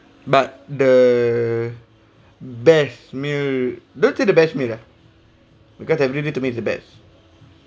but the best meal don't say the best meal lah because everything to me is the best